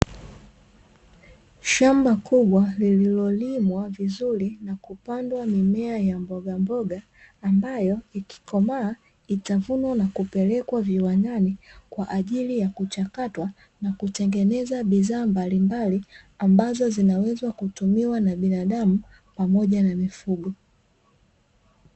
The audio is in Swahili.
Shamba kubwa lililolimwa vizuri na kupandwa mimea ya mbogamboga ambayo ikikomaa itavunwa na kupelekwa viwandani, kwa ajili ya kuchakatwa na kutengeneza bidhaa mbalimbali ambazo zinaweza kutumiwa na binadamu pamoja na mifugo.